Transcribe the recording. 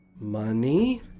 Money